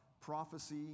prophecy